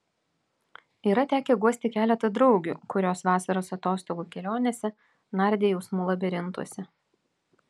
yra tekę guosti keletą draugių kurios vasaros atostogų kelionėse nardė jausmų labirintuose